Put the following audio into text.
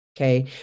okay